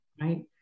right